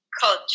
culture